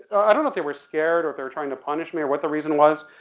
i don't know if they were scared or if they were trying to punish me or what the reason was,